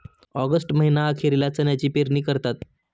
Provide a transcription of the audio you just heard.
August महीना अखेरीला चण्याची पेरणी करतात